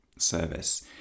Service